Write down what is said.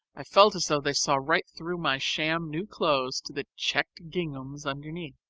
i felt as though they saw right through my sham new clothes to the checked ginghams underneath.